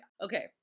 Okay